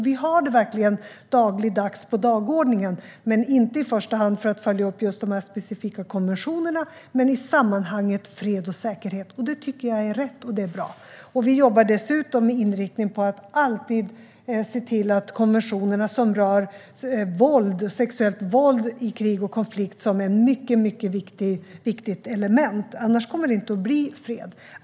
Vi har det verkligen dagligdags på dagordningen, inte i första hand för att följa upp just dessa specifika konventioner men i sammanhanget fred och säkerhet. Det tycker jag är rätt och bra. Vi jobbar dessutom med inriktningen att alltid se till att de konventioner som rör sexuellt våld i krig och konflikt är ett mycket viktigt element. Annars kommer det inte att bli fred.